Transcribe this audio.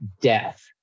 death